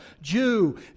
Jew